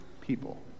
people